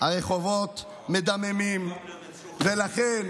הרחובות מדממים, ולכן,